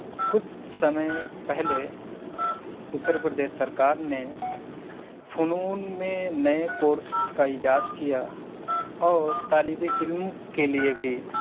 کچھ سمے پہلے اترپردیش سرکار نے فنون میں نئے کورس کا ایجاد کیا اور طالب علم کے لیے بھی